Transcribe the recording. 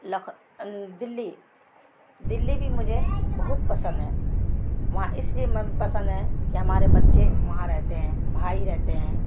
ل دلی دلی بھی مجھے بہت پسند ہے وہاں اس لیے میں پسند ہیں کہ ہمارے بچے وہاں رہتے ہیں بھائی رہتے ہیں